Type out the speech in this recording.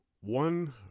one